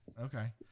okay